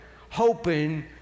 hoping